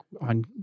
on